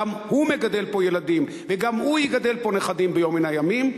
גם הוא מגדל פה ילדים וגם הוא יגדל פה נכדים ביום מן הימים,